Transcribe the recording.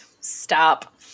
Stop